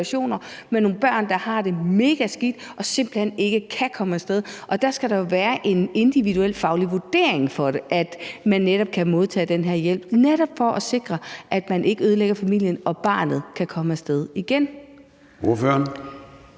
med nogle børn, der har det megaskidt, og som simpelt hen ikke kan komme af sted. Og der skal der jo være en individuel faglig vurdering af det, så de netop kan modtage den her hjælp, netop for at sikre, at man ikke ødelægger familien, og at barnet kan komme af sted igen. Kl.